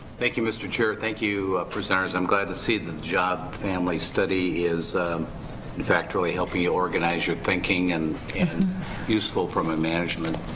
thank you mr. chair. thank you presenters. i'm glad to see the job family study is in fact really helping you organize your thinking and useful from a management